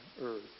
earth